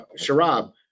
Sharab